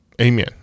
Amen